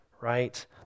Right